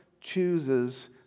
chooses